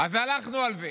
אז הלכנו על זה.